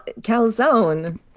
calzone